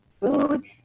food